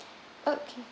okay